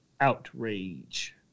outrage